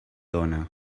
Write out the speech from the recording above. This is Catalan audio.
dóna